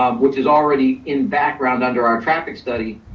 which is already in background under our traffic study